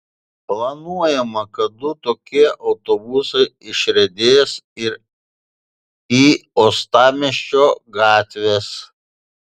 planuojama kad du tokie autobusai išriedės ir į uostamiesčio gatves